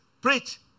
preach